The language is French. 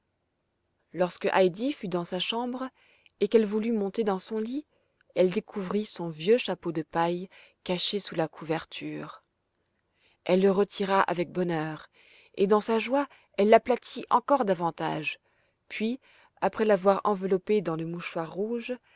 lorsque heidi fut dans sa chambre et qu'elle voulut monter dans son lit elle découvrit son vieux chapeau de paille caché sous la couverture elle le retira avec bonheur et dans sa joie elle l'aplatit encore davantage puis après l'avoir enveloppé dans le mouchoir rouge